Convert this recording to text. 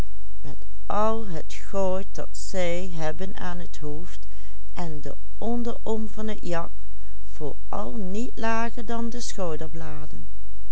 en de onderom van het jak vooral niet lager dan de